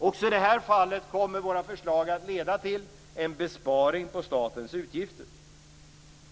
Också i det här fallet kommer våra förslag att leda till en besparing på statens utgifter.